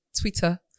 twitter